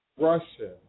Russia